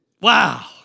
Wow